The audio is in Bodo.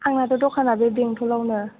आंहाबो दखाना बे बेंटलावनो